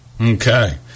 Okay